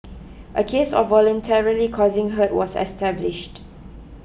a case of voluntarily causing hurt was established